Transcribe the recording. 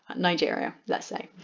nigeria let's say,